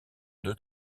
deux